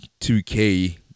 2k